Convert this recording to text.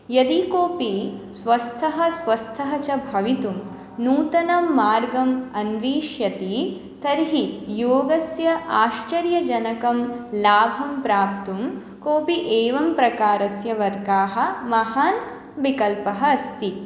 यदि कोपि स्वस्थः स्वस्थः च भवितुं नूतनं मार्गम् अन्विष्यति तर्हि योगस्य आश्चर्यजनकं लाभं प्राप्तुं कोऽपि एवं प्रकारस्य वर्गाः महान् विकल्पः अस्ति